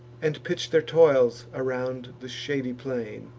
and pitch their toils around the shady plain.